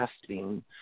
testing